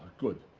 good.